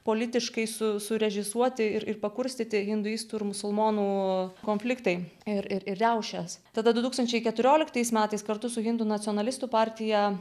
politiškai surežisuoti ir pakurstyti hinduistų ir musulmonų konfliktai ir riaušės tada du tūkstančiai keturioliktais metais kartu su indų nacionalistų partija